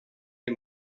les